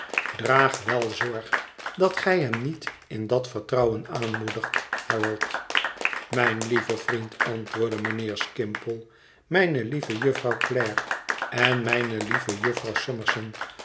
draag wel zorg dat gij hem niet in dat vertrouwen aanmoedigt harold mijn lieve vriend antwoordde mijnheer skimpole mijne lieve jufvrouw clare en mijne lieve jufvrouw summerson